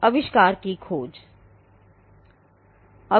आविष्कार को कहां ढूँढें